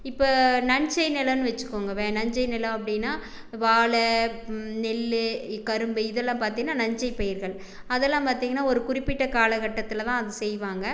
இப்போ நஞ்சை நிலம்னு வச்சுக்கோங்கவேன் நஞ்சை நிலம் அப்படின்னால் வாழை நெல் கரும்பு இதெல்லாம் பார்த்தீங்னா நஞ்சை பயிர்கள் அதெல்லாம் பார்த்தீங்கன்னா ஒரு குறிப்பிட்ட காலக்கட்டத்தில் தான் அது செய்வாங்க